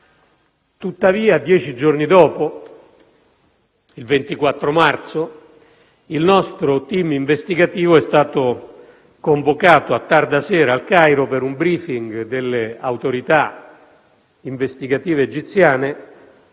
Tuttavia, dieci giorni dopo, il 24 marzo, il nostro *team* investigativo è stato convocato a tarda sera al Cairo per un *briefing* delle autorità investigative egiziane